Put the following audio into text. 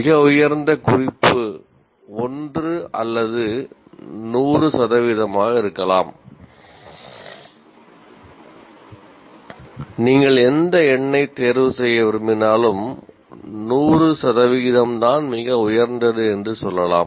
மிக உயர்ந்த குறிப்பு 1 அல்லது 100 சதவிகிதமாக இருக்கலாம் நீங்கள் எந்த எண்ணை தேர்வு செய்ய விரும்பினாலும் 100 சதவிகிதம் தான் மிக உயர்ந்தது என்று சொல்லலாம்